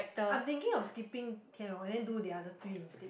I'm thinking of skipping Tian-Long and then do the other three instead